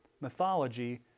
mythology